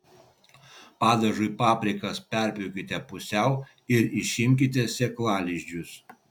padažui paprikas perpjaukite pusiau ir išimkite sėklalizdžius